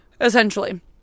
essentially